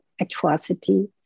atrocity